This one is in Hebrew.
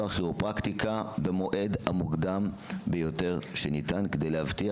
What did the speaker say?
הכירופרקטיקה במועד המוקדם ביותר שניתן כדי להבטיח